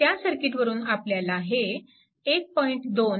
त्या सर्किटवरून आपणास हे 1